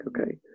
okay